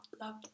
love